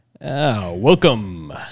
welcome